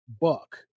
buck